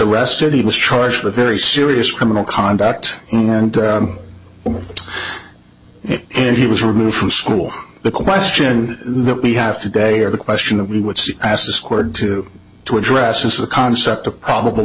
arrested he was charged with very serious criminal conduct and and he was removed from school the question that we have today or the question that we would see as a squared to to address is the concept of probable